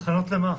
תחנות למה?